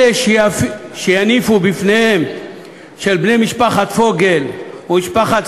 אלה שיניפו בפניהם של בני משפחת פוגל ומשפחת